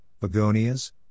begonias